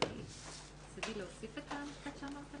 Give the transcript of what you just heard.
הישיבה ננעלה בשעה 15:45.